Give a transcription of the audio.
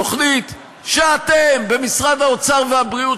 תוכנית שאתם במשרדי האוצר והבריאות,